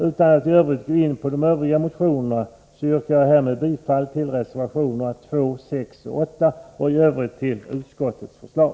Utan att gå in på de övriga motionerna yrkar jag härmed bifall till reservationerna 2, 6 och 8 och i övrigt till utskottets förslag.